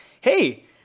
hey